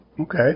Okay